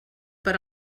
per